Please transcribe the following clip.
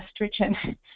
estrogen